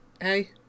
hey